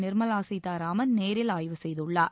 நிர்மலா சீதாராமன் நேரில் ஆய்வு செய்துள்ளார்